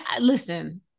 Listen